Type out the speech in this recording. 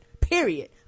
Period